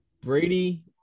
Brady